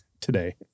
today